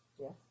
Yes